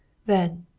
then,